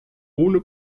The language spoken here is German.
ohne